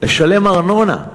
לשלם ארנונה.